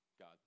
God